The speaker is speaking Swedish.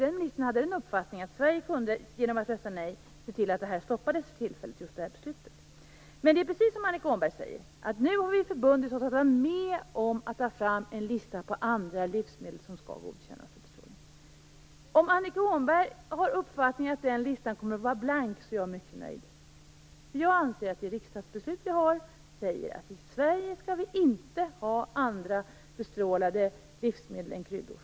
Den ministern hade nämligen uppfattningen att Sverige genom att rösta nej kunde se till att det här beslutet stoppades för tillfället. Det är precis som Annika Åhnberg säger: Nu har vi förbundit oss att vara med om att ta fram en lista på andra livsmedel som skall godkännas för bestrålning. Om Annika Åhnberg har uppfattningen att den listan kommer att vara blank är jag mycket nöjd. Jag anser att det riksdagsbeslut vi har fattat säger att i Sverige skall vi inte ha andra bestrålade livsmedel än kryddor.